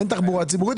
אין תחבורה ציבורית.